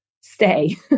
stay